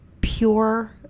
pure